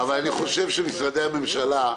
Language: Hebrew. אבל אני חושב שמשרדי הממשלה,